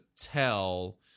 tell